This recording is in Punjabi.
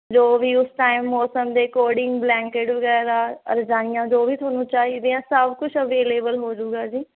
ਜੋ ਵੀ ਉਸ ਟਾਈਮ ਮੌਸਮ ਦੇ ਅਕੋਡਿੰਗ ਬਲੈਂਕਡ ਵਗੈਰਾ ਰਜਾਈਆਂ ਜੋ ਵੀ ਤੁਹਾਨੂੰ ਚਾਹੀਦੇ ਆ ਸਭ ਕੁਝ ਅਵੇਲੇਬਲ ਹੋ ਜੂਗਾ ਜੀ